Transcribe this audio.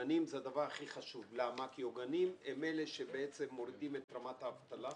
עוגנים זה הדבר הכי חשוב כי עוגנים הם אלה שבעצם מורידים את רמת האבטלה,